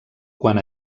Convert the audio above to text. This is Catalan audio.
quan